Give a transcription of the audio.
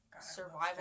survival